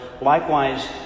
Likewise